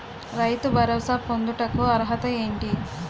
రైతు భరోసా పొందుటకు అర్హత ఏంటి?